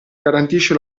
garantisce